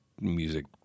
music